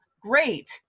great